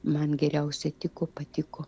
man geriausiai tiko patiko